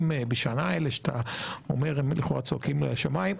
בשנה שאתה אומר שהם לכאורה זועקים לשמיים.